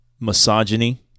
misogyny